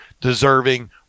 deserving